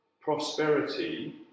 prosperity